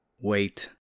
Wait